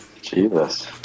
jesus